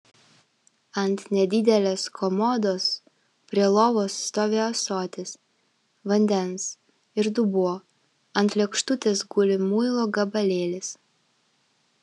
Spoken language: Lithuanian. ant nedidelės komodos prie lovos stovi ąsotis vandens ir dubuo ant lėkštutės guli muilo gabalėlis